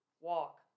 walk